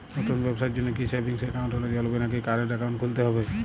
নতুন ব্যবসার জন্যে কি সেভিংস একাউন্ট হলে চলবে নাকি কারেন্ট একাউন্ট খুলতে হবে?